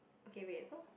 okay wait so